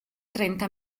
trenta